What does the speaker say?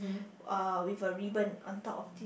uh with a ribbon on top of this